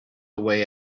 way